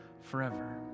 forever